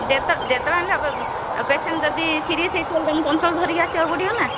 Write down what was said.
ଯେତେ ଯେତବେଳେ ଆମେ ଏବେ ପେସେଣ୍ଟ ଯଦି ସିରିଏସ୍ ହେଇଥିବ ତାକୁ ଚଞ୍ଚଳ ଧରି ଧରି ଆସିବାକୁ ପଡ଼ିବ ନା